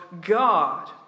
God